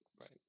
right